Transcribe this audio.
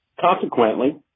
Consequently